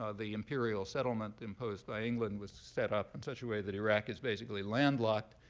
ah the imperial settlement imposed by england was set up in such a way that iraq is basically landlocked.